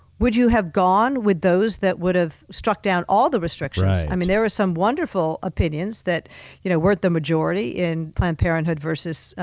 would you have gone with those that would have struck down all the restrictions? right. i mean, there were some wonderful opinions that you know weren't the majority in planned parenthood v.